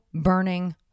burning